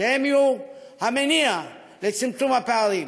שהם יהיו המניע לצמצום הפערים: